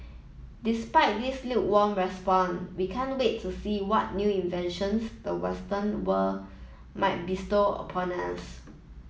despite this lukewarm response we can't wait to see what new inventions the western world might bestow upon us